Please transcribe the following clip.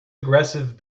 aggressive